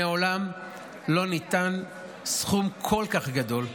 מעולם לא ניתן סכום כל כך גדול,